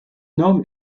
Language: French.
norme